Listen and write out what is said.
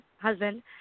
husband